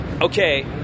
Okay